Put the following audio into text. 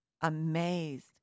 amazed